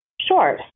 Sure